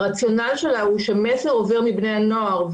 שהרציונל שלה הוא שמסר עובר מבני הנוער.